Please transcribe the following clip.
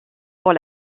pour